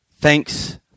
Thanks